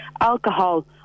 Alcohol